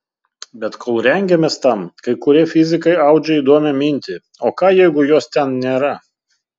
bet kol rengiamės tam kai kurie fizikai audžia įdomią mintį o ką jeigu jos ten nėra